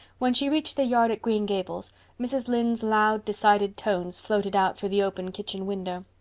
when she reached the yard at green gables mrs. lynde's loud, decided tones floated out through the open kitchen window.